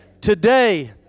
Today